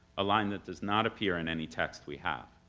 a line that does not appear in any text we have.